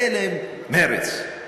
מילא מרצ,